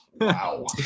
Wow